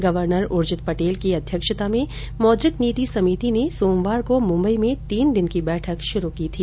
governor Urjit Patel की अध्यक्षता में मौद्रिक नीति समिति ने सोमवार को मुंबई में तीन दिन की बैठक शुरू की थी